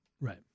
Right